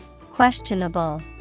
Questionable